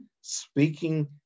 speaking